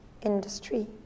industry